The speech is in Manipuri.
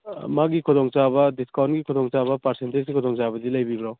ꯃꯥꯒꯤ ꯈꯨꯗꯣꯡ ꯆꯥꯕ ꯗꯤꯁꯀꯥꯎꯟꯒꯤ ꯈꯨꯗꯣꯡ ꯆꯥꯕ ꯄꯥꯔꯁꯦꯟꯇꯦꯁꯀꯤ ꯈꯨꯗꯣꯡ ꯆꯥꯕꯗꯤ ꯂꯩꯕꯤꯕ꯭ꯔꯣ